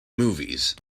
movies